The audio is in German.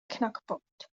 knackpunkt